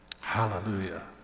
Hallelujah